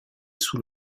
sous